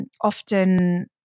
often